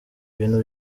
ibintu